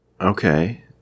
Okay